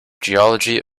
geology